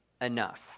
enough